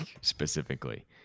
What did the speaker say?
specifically